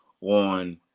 on